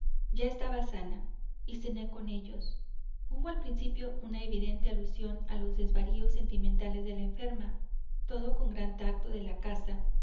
ya estaba sana y cené con ellos hubo al principio una evidente alusión a los desvaríos sentimentales de la enferma todo con gran tacto de la casa